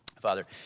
Father